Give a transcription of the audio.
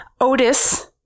Otis